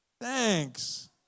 Thanks